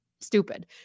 stupid